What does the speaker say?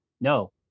no